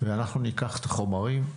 ואנחנו ניקח את החומרים,